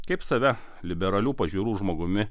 kaip save liberalių pažiūrų žmogumi